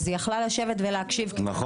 אז היא יכלה לשבת ולהקשיב קצת,